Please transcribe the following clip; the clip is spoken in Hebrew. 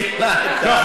לא,